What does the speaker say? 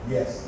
Yes